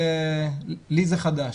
לי זה חדש.